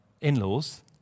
in-laws